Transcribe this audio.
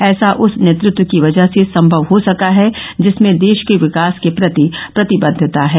ऐसा उस नेतृत्व की वजह से संभव हो सका है जिसमें देश के विकास के प्रति प्रतिबद्वता है